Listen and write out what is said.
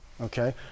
okay